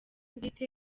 bwite